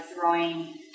throwing